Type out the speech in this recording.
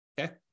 Okay